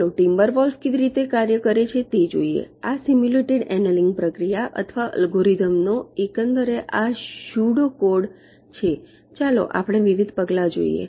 ચાલો ટિમ્બરવોલ્ફ કેવી રીતે કાર્ય કરે છે તે જોઈએ આ સિમ્યુલેટેડ એનેલીંગ પ્રક્રિયા અથવા એલ્ગોરિધમ નો એકંદર આ સ્યુડો કોડ છે ચાલો આપણે વિવિધ પગલાં જોઈએ